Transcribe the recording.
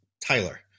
Tyler